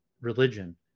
religion